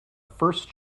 first